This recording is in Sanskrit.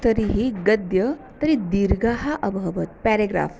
तर्हि गद्यं तर्हि दीर्घः अभवत् पेरेग्राफ़्